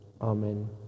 Amen